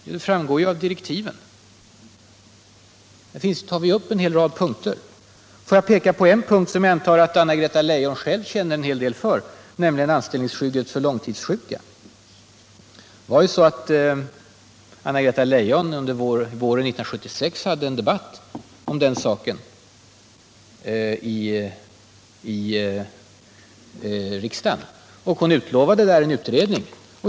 Det framgår ju av direktiven, där vi tar upp en hel rad punkter. Låt mig peka på en sådan, som jag antar att Anna-Greta Leijon själv känner en hel del deltog våren 1976 i en debatt om den saken i riksdagen, och hon utlovade då en utredning.